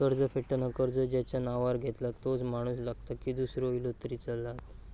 कर्ज फेडताना कर्ज ज्याच्या नावावर घेतला तोच माणूस लागता की दूसरो इलो तरी चलात?